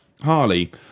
harley